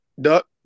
duck